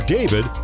David